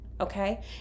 Okay